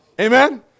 Amen